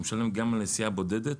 משלם גם על הנסיעה הבודדת